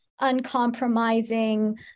uncompromising